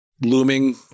looming